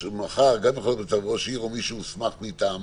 ומחר גם יכול להיות מצב של ראש עיר או מי שהוסמך מטעמו,